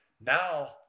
Now